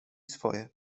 swoje